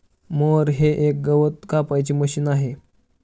mower हे एक गवत कापायचे मशीन आहे